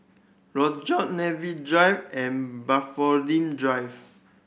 Rochor Drive and Drive